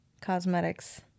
cosmetics